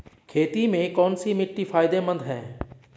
खेती में कौनसी मिट्टी फायदेमंद है?